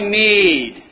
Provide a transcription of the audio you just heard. need